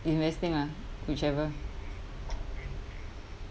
investing ah whichever